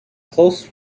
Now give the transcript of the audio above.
close